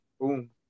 boom